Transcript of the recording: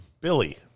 Billy